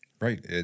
Right